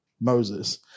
Moses